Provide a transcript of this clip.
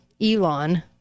Elon